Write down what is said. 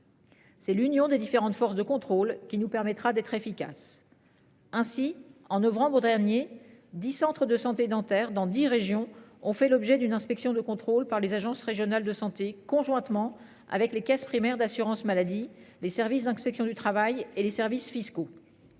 C'est l'Union des différentes forces de contrôle qui nous permettra d'être efficace. Ainsi en oeuvrant vos derniers 10 centres de santé dentaires dans 10 régions ont fait l'objet d'une inspection de contrôle par les agences régionales de santé conjointement avec les caisses primaires d'assurance maladie, les services d'inspection du travail et les services fiscaux.